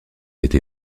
été